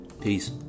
Peace